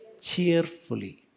Cheerfully